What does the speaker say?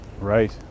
right